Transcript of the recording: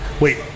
Wait